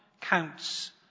counts